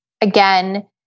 Again